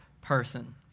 person